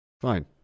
Fine